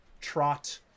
trot